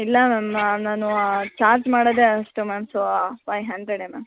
ಇಲ್ಲ ಮ್ಯಾಮ್ ನಾನು ಆ ಚಾರ್ಜ್ ಮಾಡೋದೆ ಅಷ್ಟು ಮ್ಯಾಮ್ ಸೋ ಫೈವ್ ಹಂಡ್ರೆಡೆ ಮ್ಯಾಮ್